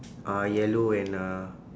are yellow and uh